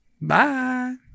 Bye